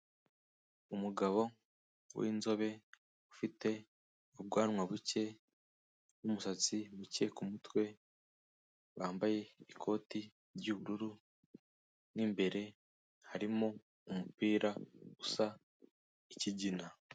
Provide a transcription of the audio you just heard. Umugabo winzobe ufite ubwanwa buke, n'umusatsi muke ku mutwe, wambaye ikoti ry'ubururu, mo imbere harimo umupira usa ikigina.